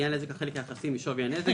יהיה הנזק החלק היחסי משווי הנזק,